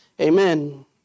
amen